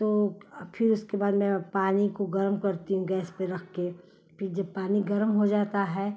तो अब फिर उसके बाद मैं पानी को गर्म करती हूँ गैस पर रखकर फिर जब पानी गर्म हो जाता है